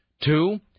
Two